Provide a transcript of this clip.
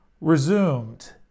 resumed